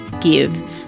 give